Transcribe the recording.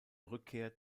rückkehr